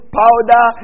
powder